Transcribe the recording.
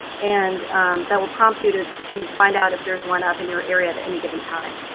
and that will prompt you to to find out if there's one up in your area at any given time.